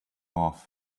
off